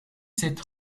sept